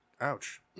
Ouch